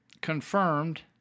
confirmed